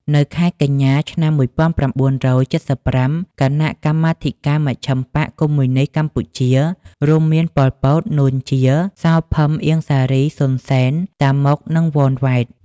នៅខែកញ្ញា ឆ្នាំ១៩៧៥ គណៈកម្មាធិការមជ្ឈិមបក្សកុម្មុយនីស្តកម្ពុជារួមមាន ប៉ុល ពត នួន ជា សោ ភឹម អៀង សារី សុន សេន តាម៉ុក និង វន វ៉េត។